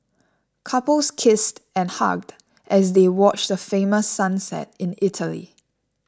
couples kissed and hugged as they watch the famous sunset in Italy